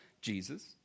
Jesus